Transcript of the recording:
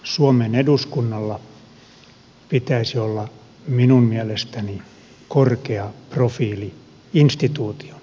suomen eduskunnalla pitäisi olla minun mielestäni korkea profiili instituutiona